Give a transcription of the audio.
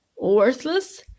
worthless